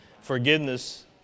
forgiveness